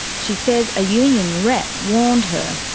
she says a union rep warned her.